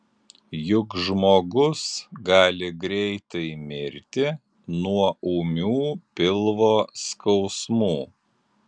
juk žmogus gali greitai mirti nuo ūmių pilvo skausmų